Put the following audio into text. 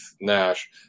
NASH